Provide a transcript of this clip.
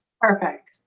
Perfect